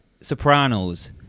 Sopranos